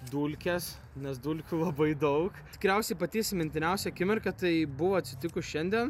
dulkės nes dulkių labai daug tikriausiai pati įsimintiniausia akimirka tai buvo atsitikus šiandien